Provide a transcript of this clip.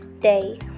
day